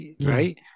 right